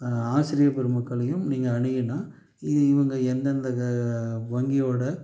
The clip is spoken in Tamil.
ஆசிரியை பெருமக்களையும் நீங்கள் அணுகினா இது இவங்க எந்தெந்த வங்கியோடய